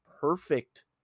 perfect